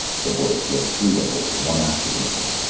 the boys slipped through the hole, one after the other.